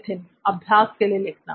नित्थिन अभ्यास के लिए लिखना